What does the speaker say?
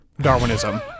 Darwinism